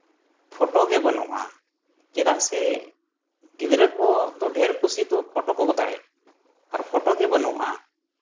ᱯᱷᱚᱴᱳᱜᱮ ᱵᱟᱹᱱᱩᱜᱼᱟ ᱪᱮᱫᱟᱜ ᱥᱮ ᱜᱤᱫᱽᱨᱟᱹ ᱠᱚᱫᱚ ᱰᱷᱮᱨ ᱠᱩᱥᱤ ᱛᱚ ᱯᱷᱚᱴᱳ ᱠᱚᱠᱚ ᱫᱟᱲᱮᱭᱟᱜ ᱟᱨ ᱯᱷᱚᱴᱳᱜᱮ ᱵᱟᱹᱱᱩᱜᱼᱟ